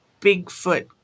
Bigfoot